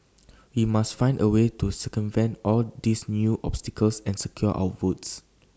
we must find A way to circumvent all these new obstacles and secure our votes